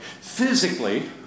Physically